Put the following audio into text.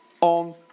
on